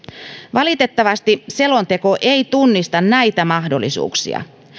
valitettavasti selonteko ei tunnista näitä mahdollisuuksia